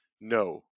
No